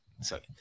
sorry